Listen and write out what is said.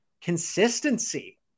Consistency